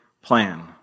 plan